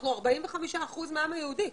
אנחנו 45% מהעם היהודי,